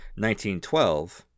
1912